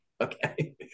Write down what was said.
Okay